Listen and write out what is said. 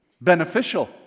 beneficial